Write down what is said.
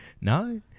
No